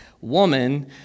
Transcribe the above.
woman